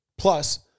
Plus